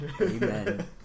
Amen